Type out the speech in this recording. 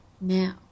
Now